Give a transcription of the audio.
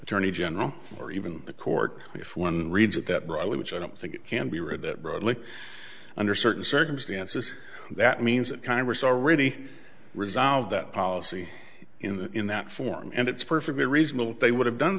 attorney general or even the court if one reads it that right which i don't think it can be read that broadly under certain circumstances that means that congress already resolved that policy in that form and it's perfectly reasonable they would have done